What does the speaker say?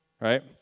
right